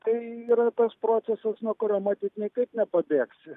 tai yra tas procesas nuo kurio matyt niekaip nepabėgsi